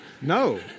no